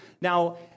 Now